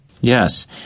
Yes